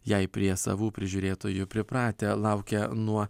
jei prie savų prižiūrėtojų pripratę laukia nuo